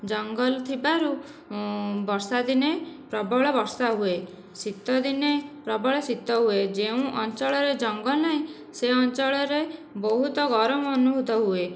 ଜଙ୍ଗଲ ଥିବାରୁ ବର୍ଷାଦିନେ ପ୍ରବଳ ବର୍ଷା ହୁଏ ଶୀତଦିନେ ପ୍ରବଳ ଶୀତ ହୁଏ ଯେଉଁ ଅଞ୍ଚଳରେ ଜଙ୍ଗଲ ନାହିଁ ସେଇ ଅଞ୍ଚଳରେ ବହୁତ ଗରମ ଅନୁଭୂତ ହୁଏ